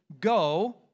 go